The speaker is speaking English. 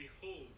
behold